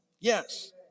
yes